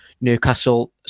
Newcastle